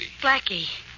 Blackie